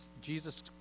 Jesus